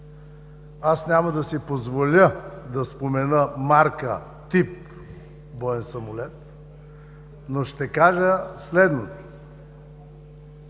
Няма да си позволя да спомена марка, тип боен самолет, но ще кажа следното: